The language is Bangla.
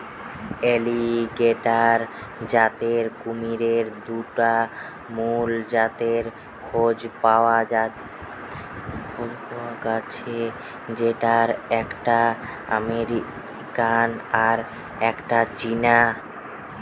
অ্যালিগেটর জাতের কুমিরের দুটা মুল জাতের খোঁজ পায়া গ্যাছে যেটার একটা আমেরিকান আর একটা চীনা